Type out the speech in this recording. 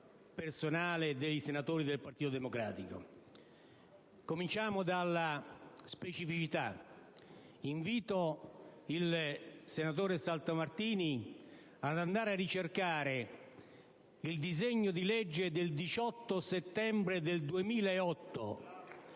confronti dei senatori del Partito Democratico. Cominciamo dalla specificità: invito il senatore Saltamartini ad andare a ricercare il disegno di legge del 18 settembre 2008